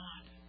God